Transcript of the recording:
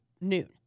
noon